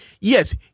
yes